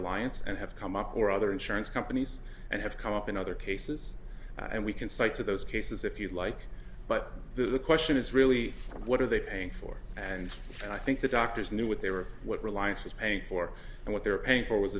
reliance and have come up or other insurance companies and have come up in other cases and we can cite to those cases if you like but the question is really what are they paying for and i think the doctors knew what they were what reliance was paid for and what they're paying for was